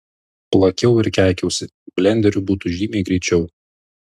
plakiau ir keikiausi blenderiu būtų žymiai greičiau